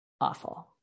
awful